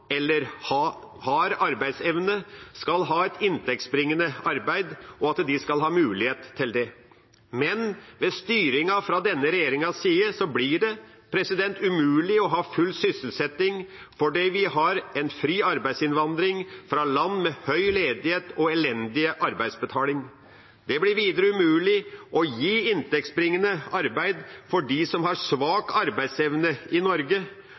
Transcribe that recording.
eller har arbeidsevne, skal ha et inntektsbringende arbeid, og at de skal ha mulighet til det. Men med styringen fra denne regjeringas side blir det umulig å ha full sysselsetting, fordi vi har en fri arbeidsinnvandring fra land med høy ledighet og elendig arbeidsbetaling. Det blir umulig å gi inntektsbringende arbeid til dem som har svak arbeidsevne i Norge.